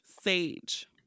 Sage